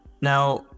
Now